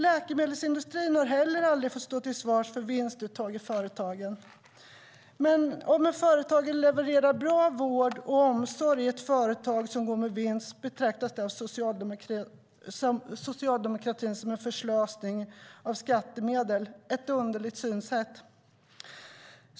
Läkemedelsindustrin har heller aldrig fått stå till svars för vinstuttag i företagen. Men om ett företag levererar bra vård och omsorg och går med vinst betraktas det av socialdemokratin som ett förslösande av skattemedel. Det är ett underligt synsätt.